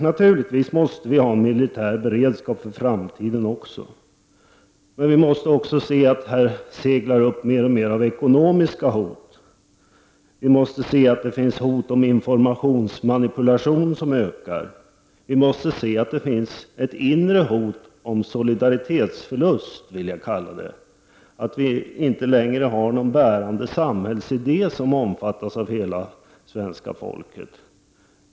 Naturligtvis måste vi även för framtiden ha en militär beredskap. Vi måste emellertid också se att det här seglar upp mer och mer av ekonomiska hot. Vi måste se att hoten om informationsmanipulation ökar. Vi måste se att det finns ett inre hot om vad jag skulle vilja kalla solidaritetsförlust. dvs. att vi inte längre har någon bärande samhällsidé som omfattas av hela svenska folket.